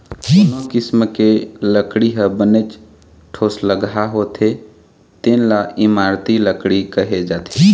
कोनो किसम के लकड़ी ह बनेच ठोसलगहा होथे तेन ल इमारती लकड़ी कहे जाथे